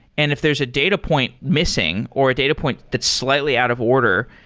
and if there's a data point missing or a data point that's slightly out of order,